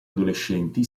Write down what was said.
adolescenti